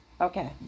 okay